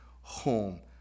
home